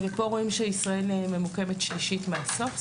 פה רואים שישראל ממוקמת שלישית מהסוף,